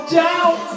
doubt